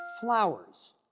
flowers